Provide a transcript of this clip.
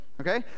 Okay